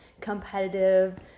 competitive